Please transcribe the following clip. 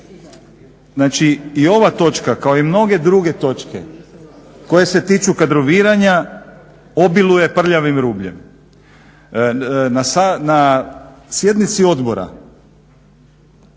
znači i ova točka kao i mnoge druge točke koje se tiču kadroviranja obiluje prljavim rubljem. Na sjednici Odbora